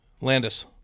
Landis